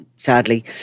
sadly